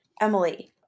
Emily